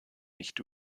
nicht